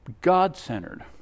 God-centered